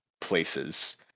places